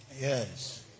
Yes